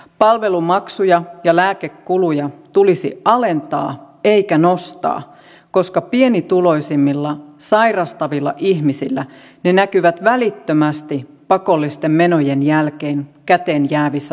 palvelumaksuja ja lääkekuluja tulisi alentaa eikä nostaa koska pienituloisimmilla sairastavilla ihmisillä ne näkyvät välittömästi pakollisten menojen jälkeen käteenjäävissä tuloissa